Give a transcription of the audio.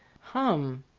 hum!